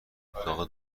اتاق